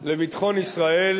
לביטחון ישראל